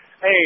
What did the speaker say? hey